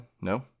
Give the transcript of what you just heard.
No